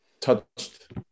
touched